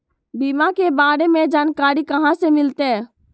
बीमा के बारे में जानकारी कहा से मिलते?